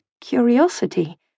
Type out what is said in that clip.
curiosity